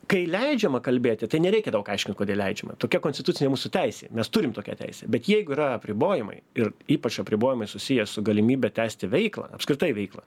kai leidžiama kalbėti tai nereikia daug aiškint kodėl leidžiama tokia konstitucinė mūsų teisė nes turime toki teisę bet jeigu yra apribojimai ir ypač apribojimai susiję su galimybe tęsti veiklą apskritai veiklą